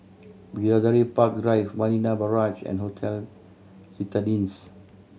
Bidadari Park Drive Marina Barrage and Hotel Citadines